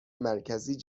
مرکزی